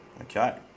Okay